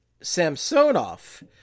Samsonov